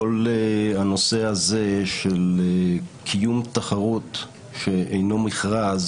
כל הנושא הזה של קיום תחרות שאינו מכרז